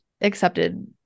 accepted